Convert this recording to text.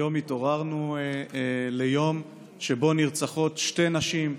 היום התעוררנו ליום שבו נרצחות שתי נשים,